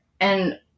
and-